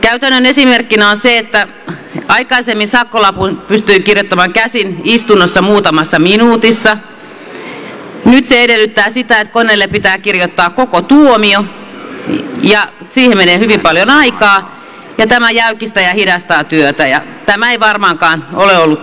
käytännön esimerkkinä on se että aikaisemmin sakkolapun pystyi kirjoittamaan käsin istunnossa muutamassa minuutissa nyt se edellyttää sitä että koneelle pitää kirjoittaa koko tuomio ja siihen menee hyvin paljon aikaa ja tämä jäykistää ja hidastaa työtä ja tämä ei varmaankaan ole ollut tarkoitus